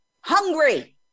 hungry